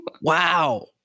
wow